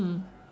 mm